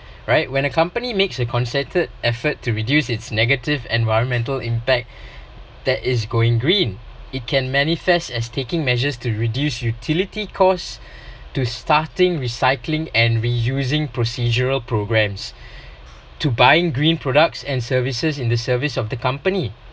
right when a company makes a concerted effort to reduce its negative environmental impact that is going green it can manifest as taking measures to reduce utility costs to starting recycling and reusing procedural programmes to buying green products and services in the service of the company